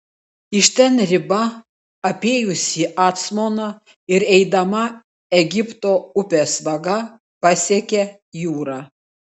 iš ten riba apėjusi acmoną ir eidama egipto upės vaga pasiekia jūrą